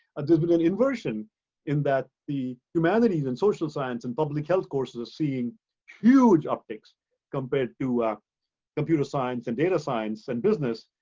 ah been an inversion in that the humanities and social science and public health courses are seeing huge upticks compared to ah computer science and data science and business,